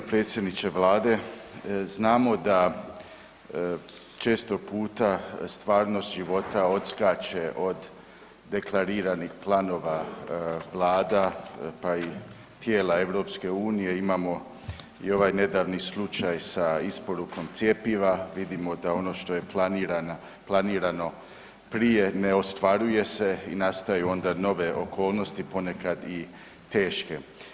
G. predsjedniče Vlade, znamo da često puta stvarnost života odskače od deklariranih planova Vlada pa i tijela EU-a imamo i ovaj nedavni slučaj sa isporukom cjepiva, vidimo da ono što je planirano prije, ne ostvaruje se i nastaju onda nove okolnosti, ponekad i teške.